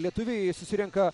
lietuviai susirenka